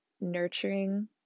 nurturing